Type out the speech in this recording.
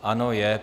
Ano, je.